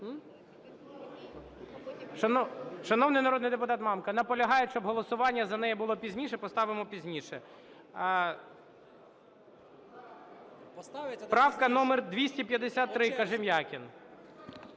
Шановний народний депутат Мамка, наполягають, щоб голосування за неї було пізніше. Поставимо пізніше. Правка номер 253, Кожем'якін.